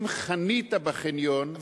אם חנית בחניון,